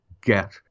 get